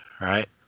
right